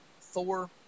Thor